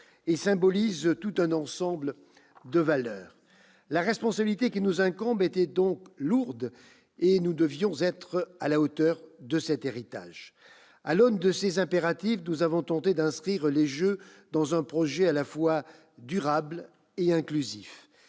et symbolisent un ensemble de valeurs. La responsabilité qui nous incombe était donc lourde, et nous nous devions d'être à la hauteur de cet héritage. À l'aune de ces impératifs, nous avons tenté d'inscrire les Jeux dans un projet à la fois durable et inclusif.